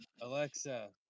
Alexa